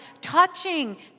touching